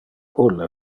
ulle